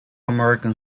american